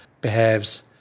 behaves